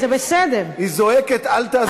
היא זועקת: אל תעזרי לי.